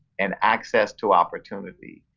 and access to opportunity.